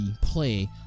play